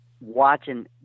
watching